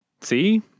See